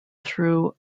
though